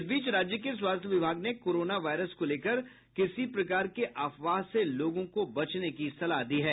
इस बीच राज्य के स्वास्थ्य विभाग ने कोरोना वायरस को लेकर किसी प्रकार के अफवाह से लोगों को बचने की सलाह दी है